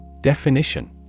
Definition